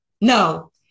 no